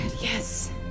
Yes